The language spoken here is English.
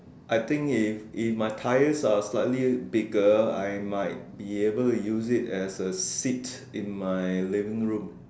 I think if if my tyres are slightly bigger I might be able to use it as a seat in my living room